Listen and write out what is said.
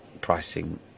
pricing